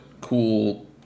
cool